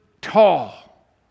tall